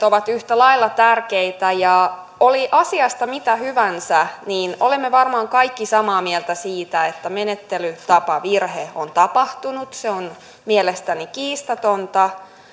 ovat yhtä lailla tärkeitä oli asiasta mitä mieltä hyvänsä niin olemme varmaan kaikki samaa mieltä siitä että menettelytapavirhe on tapahtunut se on mielestäni kiistatonta